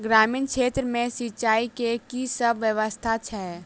ग्रामीण क्षेत्र मे सिंचाई केँ की सब व्यवस्था छै?